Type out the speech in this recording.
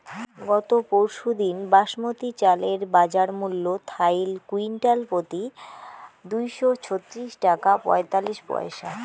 গত পরশুদিন বাসমতি চালের বাজারমূল্য থাইল কুইন্টালপ্রতি দুইশো ছত্রিশ টাকা পঁয়তাল্লিশ পইসা